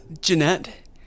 Jeanette